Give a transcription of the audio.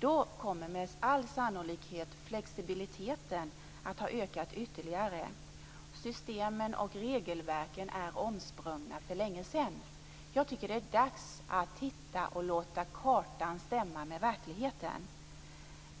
Då kommer med all sannolikhet flexibiliteten att ha ökat ytterligare. Systemen och regelverken är omsprungna för länge sedan. Jag tycker att det är dags att låta kartan stämma med verkligheten.